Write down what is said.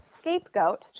scapegoat